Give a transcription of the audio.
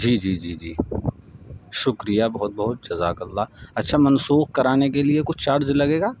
جی جی جی جی شکریہ بہت بہت جزاک اللہ اچھا منسوخ کرانے کے لیے کچھ چارج لگے گا